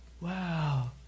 wow